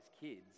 kids